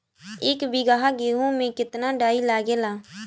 एक बीगहा गेहूं में केतना डाई लागेला?